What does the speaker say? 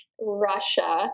Russia